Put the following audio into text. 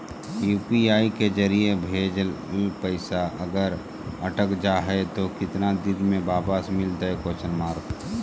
UPI के जरिए भजेल पैसा अगर अटक जा है तो कितना दिन में वापस मिलते?